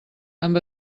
amb